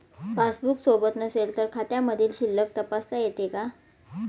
Passbook सोबत नसेल तर खात्यामधील शिल्लक तपासता येते का?